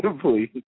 Please